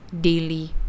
daily